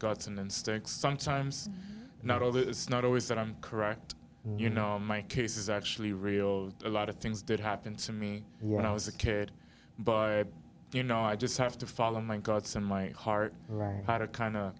guts and stick sometimes not although it's not always that i'm correct you know my case is actually real a lot of things did happen to me when i was a kid but you know i just have to follow my guts and my heart right now to kind of